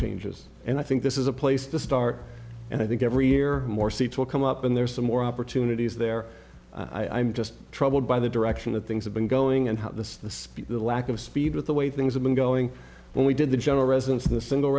changes and i think this is a place to start and i think every year more seats will come up and there are some more opportunities there i'm just troubled by the direction that things have been going and how the speed the lack of speed with the way things have been going when we did the general residence in the single